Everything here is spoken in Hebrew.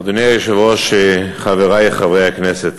אדוני היושב-ראש, חברי חברי הכנסת,